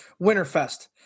Winterfest